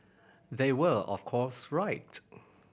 they were of course right